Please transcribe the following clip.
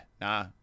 nah